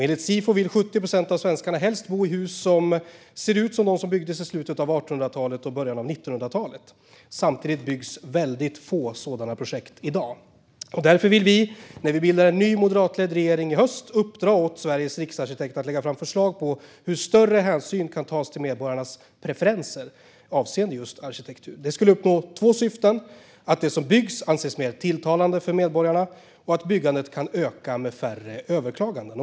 Enligt Sifo vill 70 procent av svenskarna helst bo i hus som ser ut som dem som byggdes i slutet av 1800-talet och början av 1900-talet. Samtidigt byggs väldigt få sådana hus i dag. Därför vill vi när vi bildar en ny moderatledd regering i höst uppdra åt Sveriges riksarkitekt att lägga fram förslag på hur större hänsyn kan tas till medborgarnas preferenser avseende just arkitektur. Det skulle fylla två syften: att det som byggs anses mer tilltalande för medborgarna och att byggandet kan öka genom färre överklaganden.